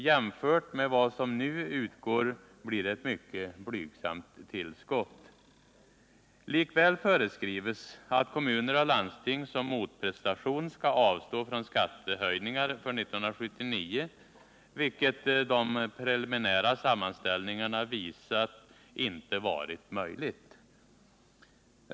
Jämfört med vad som nu utgår blir det ett mycket blygsamt tillskott. Likväl föreskrivs att kommuner och landsting såsom motprestation skall avstå från skattehöjningar för 1979, vilket de preliminära sammanställningarna visar inte har varit möjligt.